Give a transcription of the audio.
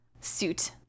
suit